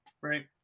Right